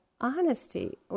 honesty